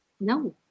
no